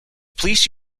police